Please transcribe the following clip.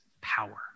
power